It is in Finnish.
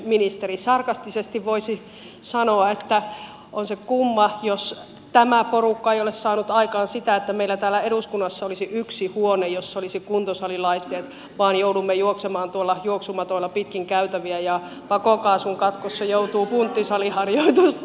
sarkastisesti voisi sanoa että on se kumma kun tämä porukka ei ole saanut aikaan sitä että meillä täällä eduskunnassa olisi yksi huone jossa olisi kuntosalilaitteet vaan joudumme juoksemaan tuolla juoksumatoilla pitkin käytäviä ja pakokaasun katkussa joutuu punttisaliharjoitusta tekemään